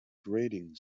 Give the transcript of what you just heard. grating